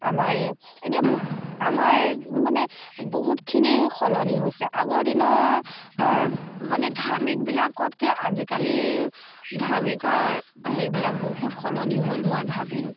আমাৰেই এতিয়া আমাৰ মানে বহুতখিনি সলনি হৈছে আগৰ দিনৰ অৰ মানে ধাৰ্মিকবিলাকতকৈ আজিকালি ধাৰ্মিকৰ হেৰিবিলাক বহুত সলনি হ'ল মই ভাবোঁ